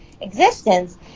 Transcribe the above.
existence